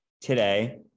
today